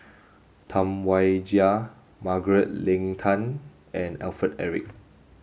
Tam Wai Jia Margaret Leng Tan and Alfred Eric